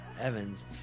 Evans